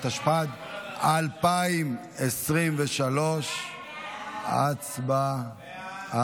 התשפ"ד 2023. הצבעה.